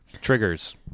triggers